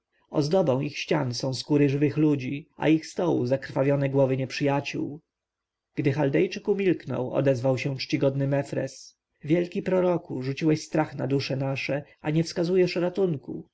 ozdobą ich ścian są skóry żywych ludzi a ich stołu zakrwawione głowy nieprzyjaciół gdy chaldejczyk umilknął odezwał się czcigodny mefres wielki proroku rzuciłeś strach na dusze nasze a nie wskazujesz ratunku